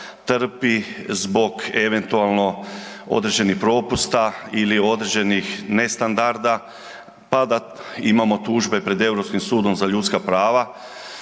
trpi zbog eventualno određenih propusta ili određenih ne standarda pa da imamo tužbe pred Europskim sudom za ljudska prava